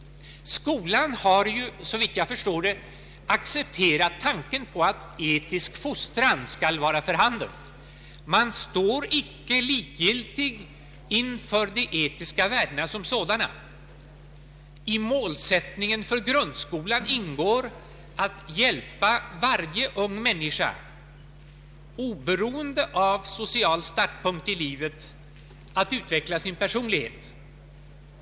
Skolan har såvitt jag förstår accepterat tanken på att etisk fostran skall vara för handen. Man står icke likgiltig inför de etiska värdena som sådana. I målsättningen för grundskolan ingår att hjälpa varje ung människa, oberoende av social startpunkt i livet, att utveckla sin personlighet.